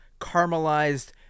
caramelized